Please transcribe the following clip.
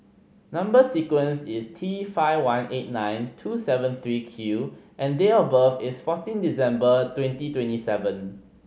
number sequence is T five one eight nine two seven three Q and date of birth is fourteen December twenty twenty seven